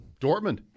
Dortmund